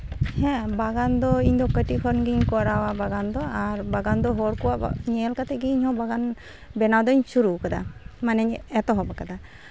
ᱦᱮᱸ ᱵᱟᱜᱟᱱ ᱫᱚ ᱤᱧᱫᱚ ᱠᱟᱹᱴᱤᱡ ᱠᱷᱚᱱᱜᱤᱧ ᱠᱚᱨᱟᱣᱟ ᱵᱟᱜᱟᱱ ᱫᱚ ᱟᱨ ᱵᱟᱜᱟᱱ ᱫᱚ ᱦᱚᱲ ᱠᱚᱣᱟᱜ ᱧᱮᱞ ᱠᱟᱛᱮᱫ ᱜᱮ ᱤᱧᱫᱚ ᱵᱟᱜᱟᱱ ᱵᱮᱱᱟᱣ ᱫᱚᱧ ᱥᱚᱨᱩ ᱟᱠᱟᱫᱟ ᱢᱟᱱᱮᱧ ᱮᱛᱚᱦᱚᱵ ᱟᱠᱟᱫᱟ